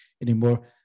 anymore